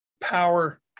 power